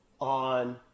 on